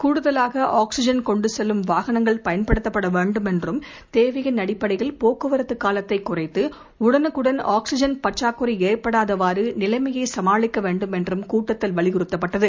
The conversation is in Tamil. கூடுதலாக ஆக்சிஜன் கொண்டு செல்லும் வாகனங்கள் பயன்படுத்தப்பட வேண்டும் என்றும் தேவையின் அடிப்படையில் போக்குவரத்து காலத்தைக் குறைத்து உடனுக்குடன் ஆக்சிஜன் பற்றாக்குறை ஏற்படாதவாறு நிலைமையை சமாளிக்க வேண்டும் என்றும் கூட்டத்தில் வலியுறுத்தப்பட்டது